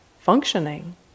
functioning